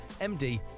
MD